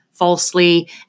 falsely